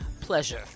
pleasure